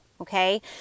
okay